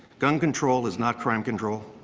gun control is not crime control.